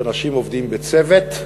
שאנשים עובדים בצוות,